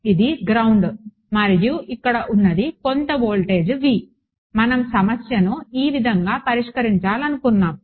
ఇది గ్రౌండ్ మరియు ఇక్కడ ఉన్నది కొంత వోల్టేజ్ V మనం సమస్యను ఈ విధంగా పరిష్కరించాలనుకున్నాము